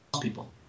people